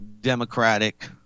democratic